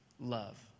love